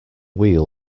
wheel